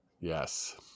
Yes